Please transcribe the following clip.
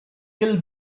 kill